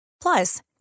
Plus